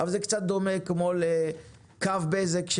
זה קצת דומה לקו בזק,